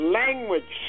language